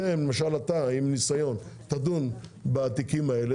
אתה כשופט עם ניסיון תדון בתיקים האלה